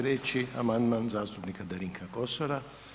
3. amandman zastupnika Darinka Kosora.